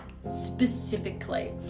specifically